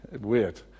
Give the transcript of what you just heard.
Weird